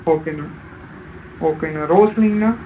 ஓகேண்ணா ஓகேண்ணா ரோஸ்லங்கண்ணா